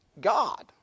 God